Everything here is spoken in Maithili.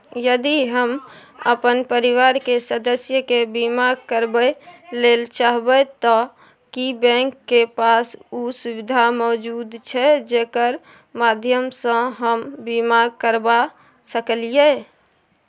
यदि हम अपन परिवार के सदस्य के बीमा करबे ले चाहबे त की बैंक के पास उ सुविधा मौजूद छै जेकर माध्यम सं हम बीमा करबा सकलियै?